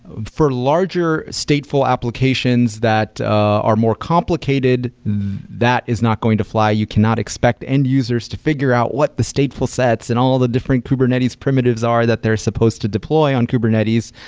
ah for larger stateful applications that are more complicated, that is not going to fly. you cannot expect end-users to figure out what the stateful sets and all the different kubernetes primitives are that they're supposed to deploy on kubernetes.